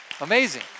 amazing